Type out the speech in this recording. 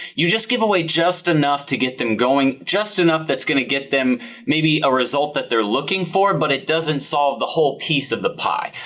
you just giveaway just enough to get them going, just enough that's going to get them maybe a result that they are looking for but it doesn't solve the whole piece of the pie.